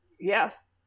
Yes